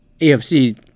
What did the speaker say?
AFC